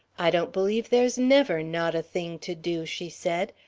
i don't believe there's never not a thing to do, she said,